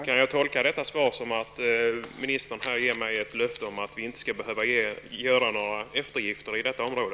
Herr talman! Kan jag tolka detta svar som att ministern ger mig ett löfte att vi inte behöver göra några eftergifter på detta område?